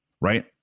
right